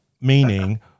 Meaning